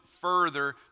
further